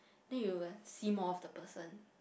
then you will see more of the person